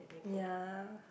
ya